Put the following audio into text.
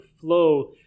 flow